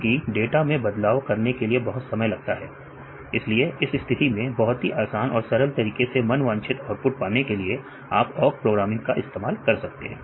क्योंकि डाटा मैं बदलाव करने के लिए बहुत समय लगता है इसलिए इस स्थिति में बहुत ही आसान और सरल तरीके से मन वांछित आउटपुट पाने के लिए आप ओक प्रोग्रामिंग का इस्तेमाल कर सकते हैं